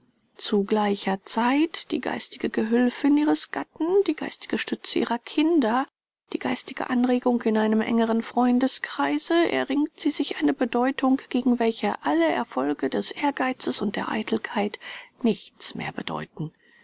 zu gleicher zeit die geistige gehülfin ihres gatten die geistige stütze ihrer kinder die geistige anregung in einem engeren freundeskreise erringt sie sich eine bedeutung gegen welche alle erfolge des ehrgeizes und der eitelkeit nichts mehr bedeuten